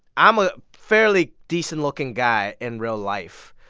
i'm a fairly decent-looking guy in real life.